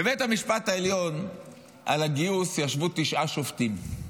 בבית המשפט העליון על הגיוס ישבו תשעה שופטים.